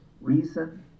Reason